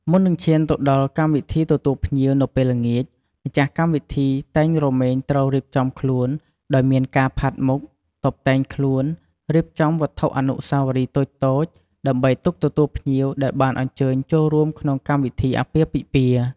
មុននឹងឈានទៅដល់កម្មវិធីទទួលភ្ញៀវនៅពេលល្ងាច ម្ចាស់កម្មវិធីតែងរមែងត្រូវរៀបចំខ្លួនដោយមានការផាត់មុខតុបតែងខ្លួន រៀបចំវត្ថុអនុស្សវរីយ៍តូចៗ ដើម្បីទុកទទួលភ្ញៀវដែលបានអញ្ញើញចូលរួមក្នុងកម្មវិធីអាពាហ៍ពិពាហ៍។